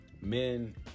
Men